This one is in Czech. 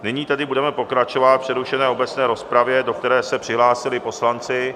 Nyní tedy budeme pokračovat v přerušené obecné rozpravě, do které se přihlásili poslanci.